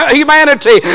humanity